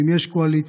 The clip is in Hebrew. אם יש קואליציה,